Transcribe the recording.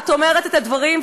את אומרת את הדברים,